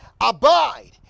abide